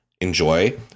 enjoy